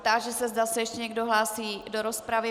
Táži se, zda se ještě někdo hlásí do rozpravy.